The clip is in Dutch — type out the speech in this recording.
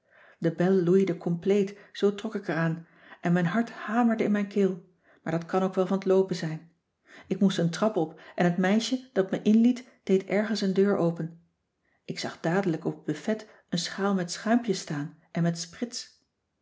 de bel loeide compleet zoo trok ik eraan en mijn hart hamerde in mijn keel maar dat kan ook wel van t loopen zijn ik moest een trap op en het meisje dat me inliet deed ergens een deur open ik zag dadelijk op t buffet een schaal met schuimpjes staan en met sprits